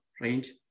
range